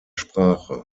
sprache